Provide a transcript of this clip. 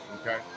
okay